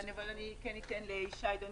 בוקר טוב, אני ישי דון